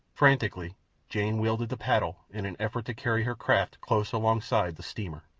frantically jane wielded the paddle in an effort to carry her craft close alongside the steamer.